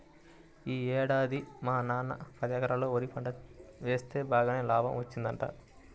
యీ ఏడాది మా నాన్న పదెకరాల్లో వరి పంట వేస్తె బాగానే లాభం వచ్చిందంట